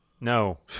No